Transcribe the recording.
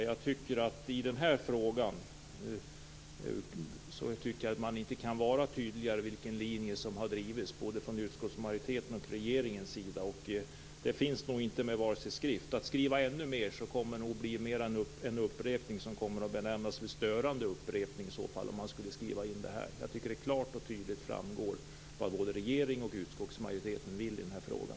Fru talman! Det går inte att vara tydligare om vilken linje som har drivits i den här frågan från utskottsmajoritetens och regeringens sida. Att skriva ännu mer kommer bara att betraktas som en störande upprepning. Jag tycker att det klart och tydligt framgår vad regeringen och utskottsmajoriteten vill i frågan.